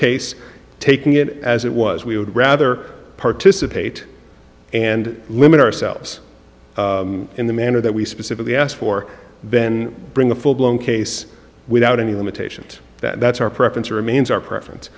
case taking it as it was we would rather participate and limit ourselves in the manner that we specifically asked for then bring the full blown case without any limitations that's our preference remains our